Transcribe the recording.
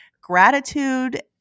gratitude